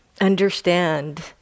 understand